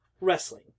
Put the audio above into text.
Wrestling